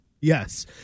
Yes